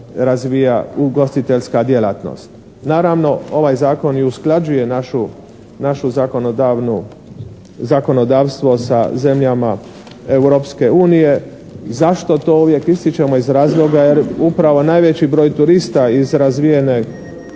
razvija ugostiteljska djelatnost. Naravno ovaj zakon i usklađuje našu zakonodavnu, zakonodavstvo sa zemljama Europske unije. Zašto to uvijek ističimo? Iz razloga jer upravo najveći broj turista iz razvijene